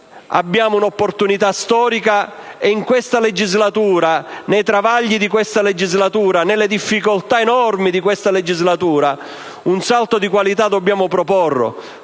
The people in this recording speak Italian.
abbiamo un'opportunità storica e, nei travagli e nelle difficoltà enormi di questa legislatura, un salto di qualità dobbiamo proporlo.